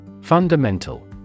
Fundamental